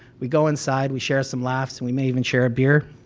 we go inside, we share some laughs, and we may even share a beer.